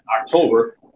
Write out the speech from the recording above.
October